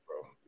bro